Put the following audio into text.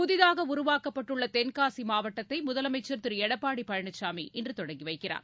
புதிதாக உருவாக்கப்பட்டுள்ள தென்காசி மாவட்டத்தை முதலமைச்சர் திரு எடப்பாடி பழனிசாமி இன்று தொடங்கி வைக்கிறார்